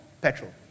petrol